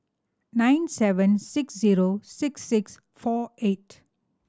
nine seven six zero six six four eight